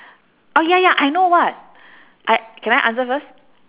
ah ya ya I know what I can I answer first